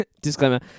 Disclaimer